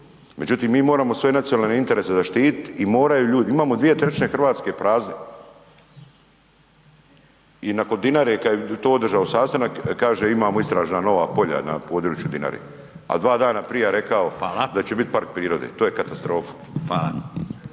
Međutim, mi moramo svoje nacionalne interese zaštiti i moraju ljudi, mi imamo 2/3 Hrvatske prazne. I nakon Dinare kad je to održao sastanak kaže imamo istražna nova polja na području Dinare, a dva dana prije rekao da će biti …/Upadica: Hvala./… park prirode. To je katastrofa.